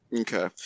Okay